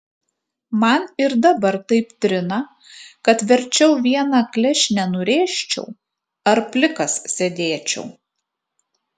man ir dabar taip trina kad verčiau vieną klešnę nurėžčiau ar plikas sėdėčiau